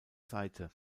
seite